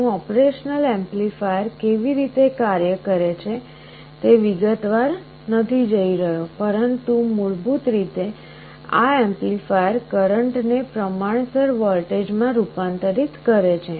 હું operational amplifier કેવી રીતે કાર્ય કરે છે તે વિગતવાર નથી જઈ રહ્યો પરંતુ મૂળભૂત રીતે આ એમ્પ્લીફાયર કરંટને પ્રમાણસર વોલ્ટેજમાં રૂપાંતરિત કરે છે